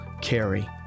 carry